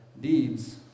deeds